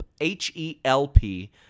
H-E-L-P